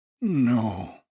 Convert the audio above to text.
No